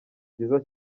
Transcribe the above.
byiza